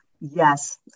Yes